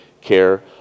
care